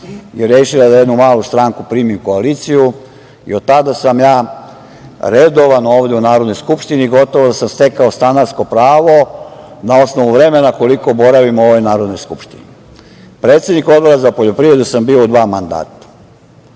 je rešila da jednu malu stranku primi u koaliciju i od tada sam ja redovan ovde u Narodnoj skupštini, gotovo da sam stekao stanarsko pravo, na osnovu vremena koliko provodim u ovoj Narodnoj skupštini. Predsednik Odbora za poljoprivredu sam bio u dva mandata. Moram